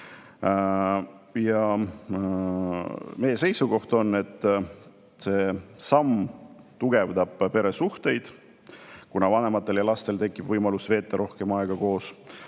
Meie seisukoht on, et see samm tugevdab peresuhteid, kuna vanematel ja lastel tekib võimalus veeta rohkem koos